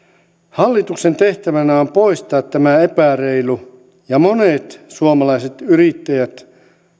hallituksen tehtävänä on poistaa tämä epäreilu ja monet suomalaiset yrittäjät